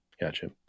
gotcha